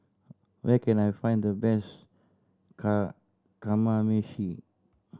where can I find the best Kamameshi